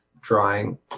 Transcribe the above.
drawing